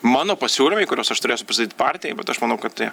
mano pasiūlymai kuriuos aš turėsiu pristatyt partijai bet aš manau kad tai